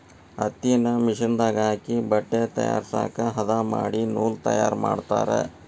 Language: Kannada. ಹತ್ತಿನ ಮಿಷನ್ ದಾಗ ಹಾಕಿ ಬಟ್ಟೆ ತಯಾರಸಾಕ ಹದಾ ಮಾಡಿ ನೂಲ ತಯಾರ ಮಾಡ್ತಾರ